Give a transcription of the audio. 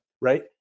Right